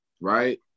Right